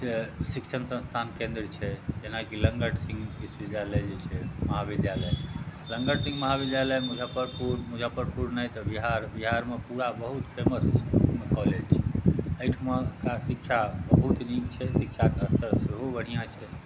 से शिक्षण संस्थान केंद्र छै जेनाकि लङ्गट सिंह विश्वविद्यालय जे छै महाविद्यालय लङ्गट सिंह महाविद्यालय मुजफ्फरपुर नहि तऽ बिहारमे पूरा बहुत फेमस कॉलेज छै एहिठुमाके शिक्षा बहुत नीक छै शिक्षाके स्तर सेहो बढ़िआँ छै